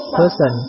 person